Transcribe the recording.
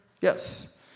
Yes